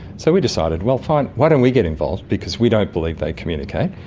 so we decided, well fine, why don't we get involved, because we don't believe they communicate,